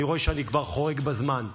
אני רואה שאני כבר חורג בזמן.